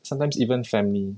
sometimes even family